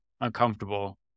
uncomfortable